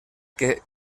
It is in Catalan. que